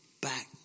back